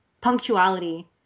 punctuality